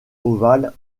ovales